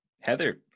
Heather